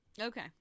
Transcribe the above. okay